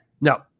No